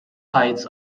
heights